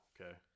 okay